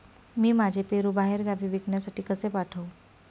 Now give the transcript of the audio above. मी माझे पेरू बाहेरगावी विकण्यासाठी कसे पाठवू?